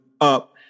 up